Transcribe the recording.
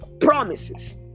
promises